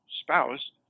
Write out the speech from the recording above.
spouse